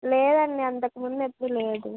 లేదు అండి అంతకుముందు ఎప్పుడూ లేదు